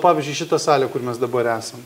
pavyzdžiui šita salė kur mes dabar esame